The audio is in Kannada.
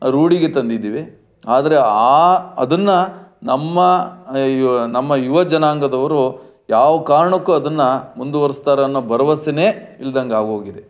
ರೂಢಿಗೆ ತಂದಿದ್ದೀವಿ ಆದರೆ ಅದನ್ನು ನಮ್ಮ ನಮ್ಮ ಯುವಜನಾಂಗದವರು ಯಾವ ಕಾರಣಕ್ಕೂ ಅದನ್ನು ಮುಂದುವರೆಸ್ತಾರೆ ಅನ್ನೋ ಭರವಸೆಯೇ ಇಲ್ದಂತಾಗೋಗಿದೆ